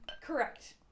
Correct